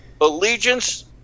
allegiance